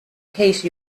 case